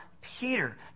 peter